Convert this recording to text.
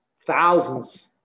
thousands